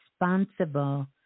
responsible